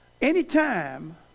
Anytime